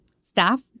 staff